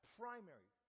primary